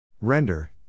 render